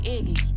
Iggy